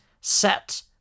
Set